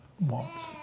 wants